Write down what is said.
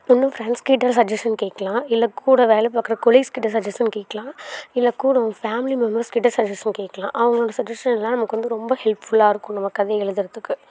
ஒன்று ஃப்ரெண்ட்ஸ்கிட்ட சஜ்ஜஷன் கேட்கலாம் இல்லை கூட வேலை பார்க்குற கொலிக்ஸ்கிட்ட சஜ்ஜஷன் கேட்லாம் இல்லை கூட உங்கள் ஃபேமிலி மெம்பர்ஸ் கிட்ட சஜ்ஜஷன் கேட்கலாம் அவங்களோட சஜ்ஜஷன் எல்லாம் நமக்கு வந்து ரொம்ப ஹெல்ப்ஃபுல்லாக இருக்கும் நம்ம கதையை எழுதறதுக்கு